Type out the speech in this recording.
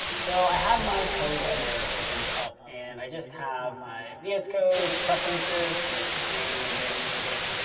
so i have my code editor opened up. and i just have my yeah vs code, preferences to make the screen really big in this case.